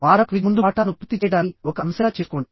వారపు క్విజ్ ముందు పాఠాలను పూర్తి చేయడాన్ని ఒక అంశంగా చేసుకోండి